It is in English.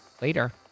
later